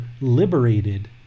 liberated